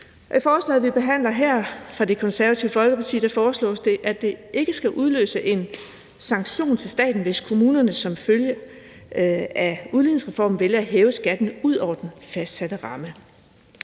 forslaget fra Det Konservative Folkeparti, vi behandler her, foreslås det, at det ikke skal udløse en sanktion fra staten, hvis kommunerne som følge af udligningsreformen vælger at hæve skatten ud over den fastsatte ramme.